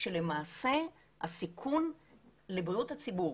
שלמעשה הסיכון לבריאות הציבור